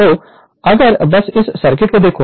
तो अगर बस इस सर्किट को देखो